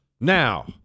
Now